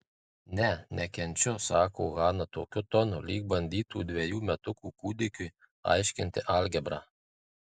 ne ne nekenčiau sako hana tokiu tonu lyg bandytų dvejų metukų kūdikiui aiškinti algebrą